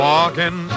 Walking